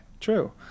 True